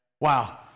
Wow